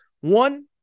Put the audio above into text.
One